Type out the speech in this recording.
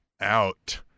out